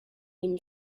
been